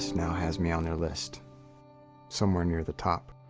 now has me on their list somewhere near the top.